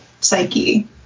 Psyche